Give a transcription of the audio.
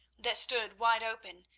that stood wide open,